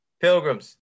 Pilgrims